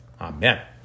Amen